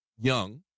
young